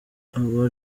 aba